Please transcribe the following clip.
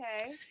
Okay